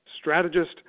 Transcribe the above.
strategist